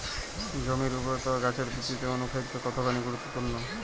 জমির উর্বরতা ও গাছের বৃদ্ধিতে অনুখাদ্য কতখানি গুরুত্বপূর্ণ?